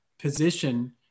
position